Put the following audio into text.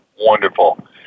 wonderful